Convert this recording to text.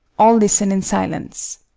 all listen in silence.